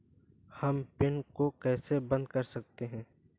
हम पिन को कैसे बंद कर सकते हैं?